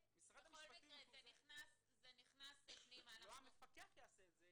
בכל מקרה זה נכנס פנימה --- לא המפקח יעשה את זה.